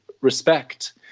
respect